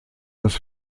das